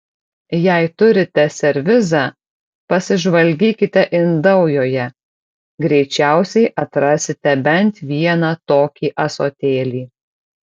jei turite servizą pasižvalgykite indaujoje greičiausiai atrasite bent vieną tokį ąsotėlį